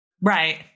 right